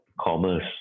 commerce